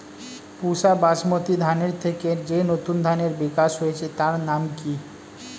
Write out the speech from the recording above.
পুসা বাসমতি ধানের থেকে যে নতুন ধানের বিকাশ হয়েছে তার নাম কি?